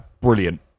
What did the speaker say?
brilliant